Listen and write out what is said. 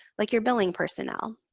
like your billing personnel.